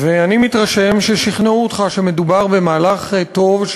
אני מתרשם ששכנעו אותך שמדובר במהלך טוב,